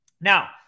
Now